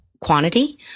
quantity